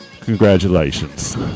Congratulations